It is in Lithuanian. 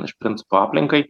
iš principo aplinkai